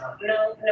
no